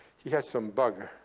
he had some bug,